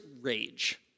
rage